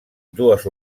dues